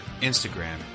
Instagram